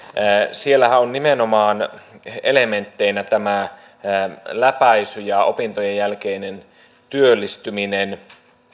siellähän on nimenomaan elementteinä tämä läpäisy ja opintojen jälkeinen työllistyminen